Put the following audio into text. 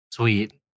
Sweet